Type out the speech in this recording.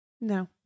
No